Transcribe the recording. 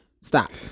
Stop